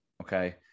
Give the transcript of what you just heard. okay